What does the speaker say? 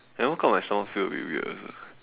I woke up my stomach feel a bit weird also